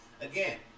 Again